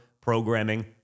programming